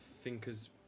Thinker's